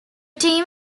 team